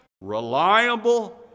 reliable